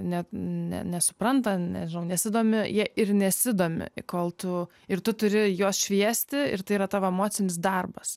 net ne nesupranta nežinau nesidomi jie ir nesidomi kol tu ir tu turi juos šviesti ir tai yra tavo emocinis darbas